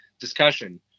discussion